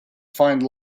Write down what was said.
find